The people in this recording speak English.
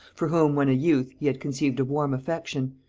for whom when a youth he had conceived a warm affection,